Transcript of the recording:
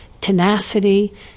tenacity